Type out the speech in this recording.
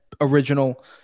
original